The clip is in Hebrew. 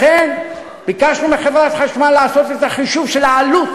לכן ביקשנו מחברת החשמל לעשות את החישוב של העלות